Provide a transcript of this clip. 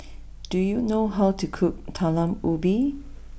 do you know how to cook Talam Ubi